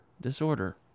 Disorder